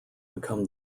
become